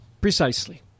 precisely